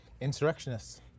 Insurrectionists